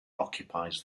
occupies